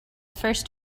first